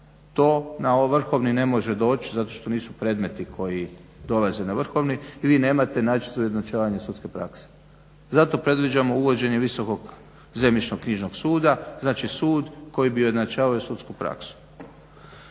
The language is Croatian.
to na Vrhovni ne može doć zato što nisu predmeti koji dolaze na Vrhovni i vi nemate način za ujednačavanje sudske prakse. Zato predviđam uvođenje Visokog zemljišnoknjižnog suda znači sud koji bi ujednačavao sudsku praksu.